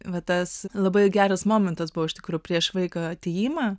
vat tas labai geras momentas buvo iš tikrųjų prieš vaiko atėjimą